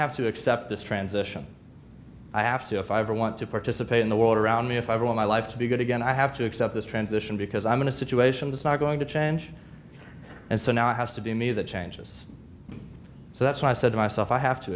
have to accept this transition i have to if i ever want to participate in the world around me if i want my life to be good again i have to accept this transition because i'm going to situations is not going to change and so now it has to be me that changes so that's why i said to myself i have to